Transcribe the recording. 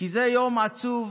כי זה יום עצוב